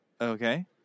okay